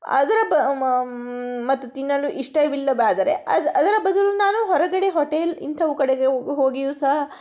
ಅದರ ಬ ಮತ್ತು ತಿನ್ನಲು ಇಷ್ಟವಿಲ್ಲದಾದರೆ ಅದು ಅದರ ಬದಲು ನಾನು ಹೊರಗಡೆ ಹೋಟೆಲ್ ಇಂಥವು ಕಡೆಗೆ ಹೋಗಿಯೂ ಸಹ